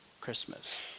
Christmas